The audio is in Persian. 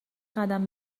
قدم